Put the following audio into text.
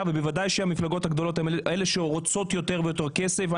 ובוודאי שהמפלגות הגדולות הן אלה שרוצות יותר ויותר כסף.